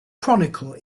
chronicle